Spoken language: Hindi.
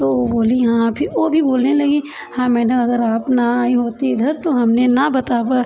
तो वो बोली हाँ फिर वो भी बोलने लगी हाँ मैडम अगर आप ना आईं होती इधर तो हमने ना बता पा